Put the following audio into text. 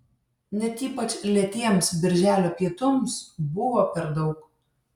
net ypač lėtiems birželio pietums buvo per daug